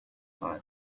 from